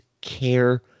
care